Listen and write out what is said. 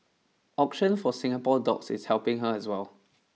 auction for Singapore dogs is helping her as well